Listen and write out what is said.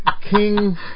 King